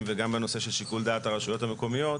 וגם בנושא של שיקול דעת הרשויות המקומיות.